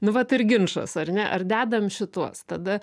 nu vat ir ginčas ar ne ar dedam šituos tada